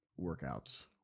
workouts